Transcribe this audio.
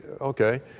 okay